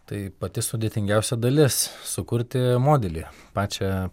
tai pati sudėtingiausia dalis sukurti modelį pačią